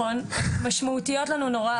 נכון, משמעותיות לנו מאוד.